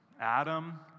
Adam